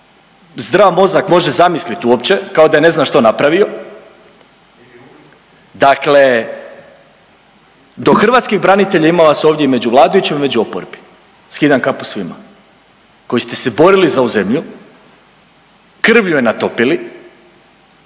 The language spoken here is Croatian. zdrav mozak može zamislit uopće kao da je ne znam što napravio, dakle do hrvatskih branitelja, a ima vas ovdje i među vladajućima i među oporbi, skidam kapu svima, koji ste se borili za ovu zemlju, krvlju je natopili